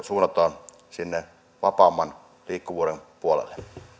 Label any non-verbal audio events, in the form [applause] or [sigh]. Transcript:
[unintelligible] suunnataan sinne vapaamman liikkuvuuden puolelle